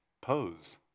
Pose